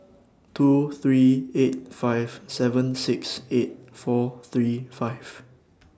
two three eight five seven six eight four three five